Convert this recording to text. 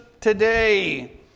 today